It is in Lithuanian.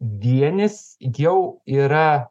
vienis jau yra